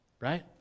Right